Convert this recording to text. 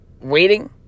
waiting